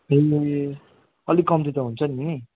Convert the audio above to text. ए अलि कम्ती त हुन्छ नि नि